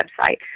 website